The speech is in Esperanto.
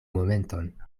momenton